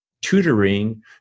tutoring